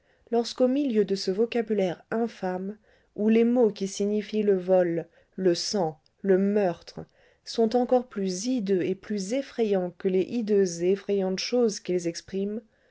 lorsqu'au milieu de ce vocabulaire infâme où les mots qui signifient le vol le sang le meurtre sont encore plus hideux et plus effrayants que les hideuses et effrayantes choses qu'ils expriment